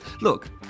Look